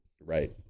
Right